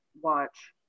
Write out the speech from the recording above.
watch